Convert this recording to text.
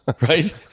right